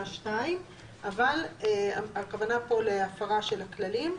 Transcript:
2. אבל הכוונה פה היא להפרה של הכללים.